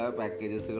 package